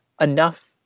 enough